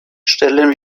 stellen